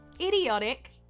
idiotic